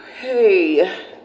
Hey